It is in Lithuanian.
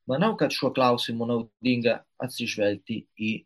manau kad šiuo klausimu naudinga atsižvelgti į